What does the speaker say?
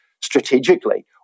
strategically